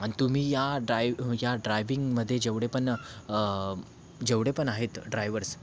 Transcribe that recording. आणि तुम्ही या ड्राइ या ड्राइविंगमध्ये जेवढे पण जेवढे पण आहेत ड्राईव्हर्स